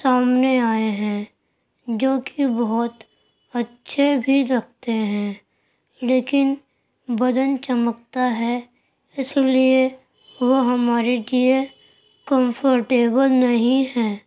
سامنے آئے ہیں جو کہ بہت اچھے بھی لگتے ہیں لیکن بدن چمکتا ہے اس لیے وہ ہمارے لیے کمفورٹیبل نہیں ہیں